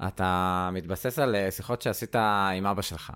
אתה מתבסס על שיחות שעשית עם אבא שלך.